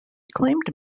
claimed